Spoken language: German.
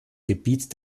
gebiet